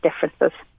differences